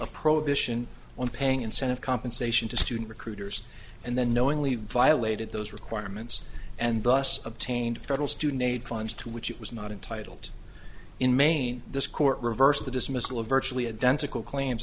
a prohibition on paying incentive compensation to student recruiters and then knowingly violated those requirements and thus obtained federal student aid funds to which it was not entitled in maine this court reversed the dismissal of virtually identical claims